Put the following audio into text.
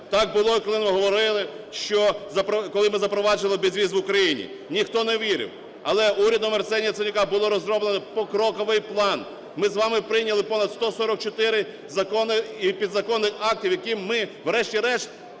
Так було і коли ми говорили, що, коли ми запроваджували безвіз в Україні. Ніхто не вірив. Але урядом Арсенія Яценюка було розроблено покроковий план. Ми з вами прийняли понад 144 закони і підзаконні акти, якими ми врешті-решт